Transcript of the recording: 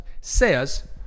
says